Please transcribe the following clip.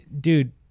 dude